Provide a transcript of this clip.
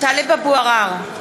טלב אבו עראר,